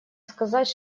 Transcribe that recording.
сказать